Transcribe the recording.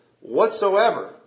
whatsoever